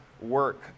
work